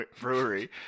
brewery